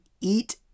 eat